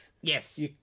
Yes